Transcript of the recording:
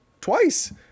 twice